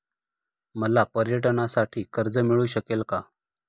मला पर्यटनासाठी कर्ज मिळू शकेल का?